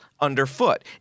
underfoot